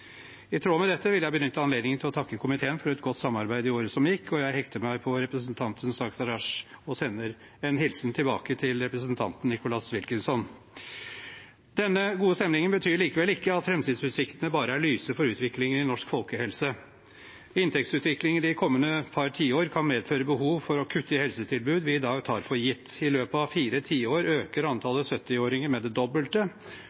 I tråd med dette vil jeg benytte anledningen til å takke komiteen for et godt samarbeid i året som snart har gått, og jeg hekter meg på representanten Sangtarash og sender en hilsen tilbake til representanten Nicholas Wilkinson. Denne gode stemningen betyr likevel ikke at framtidsutsiktene for utviklingen i norsk folkehelse bare er lyse. Inntektsutviklingen de kommende par tiår kan medføre behov for å kutte i helsetilbud vi i dag tar for gitt. I løpet av fire tiår øker